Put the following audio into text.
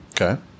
okay